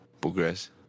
progress